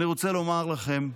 אני רוצה לומר לכם,